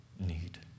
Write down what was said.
need